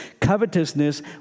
Covetousness